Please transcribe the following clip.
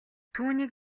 түүнийг